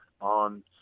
on